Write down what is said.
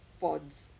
pods